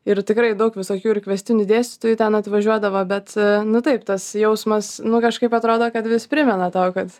ir tikrai daug visokių ir kviestinių dėstytojų ten atvažiuodavo bet nu taip tas jausmas nu kažkaip atrodo kad vis primena tau kad